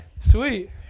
Sweet